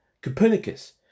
Copernicus